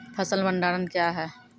फसल भंडारण क्या हैं?